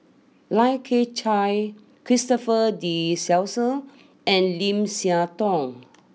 Lai Kew Chai Christopher De Souza and Lim Siah Tong